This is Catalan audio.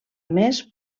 més